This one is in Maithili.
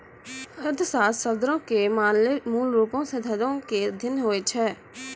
अर्थशास्त्र शब्दो के माने मूलरुपो से धनो के अध्ययन होय छै